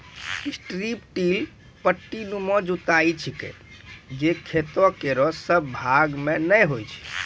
strip till पट्टीनुमा जुताई छिकै जे खेतो केरो सब भाग म नै होय छै